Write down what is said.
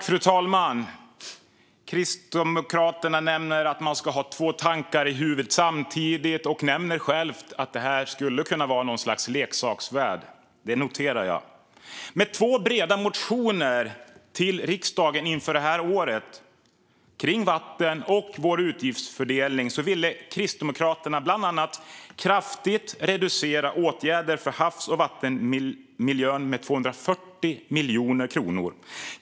Fru talman! Kristdemokraterna nämner att man ska ha två tankar i huvudet samtidigt, och man säger själv att detta skulle kunna vara något slags leksaksvärld. Detta noterar jag. Med två breda motioner till riksdagen inför detta år om vatten och utgiftsfördelning ville Kristdemokraterna bland annat kraftigt reducera åtgärder för havs och vattenmiljön, med 240 miljoner kronor.